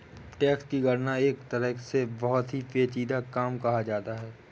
tax की गणना एक तरह से बहुत ही पेचीदा काम कहा जा सकता है